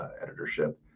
editorship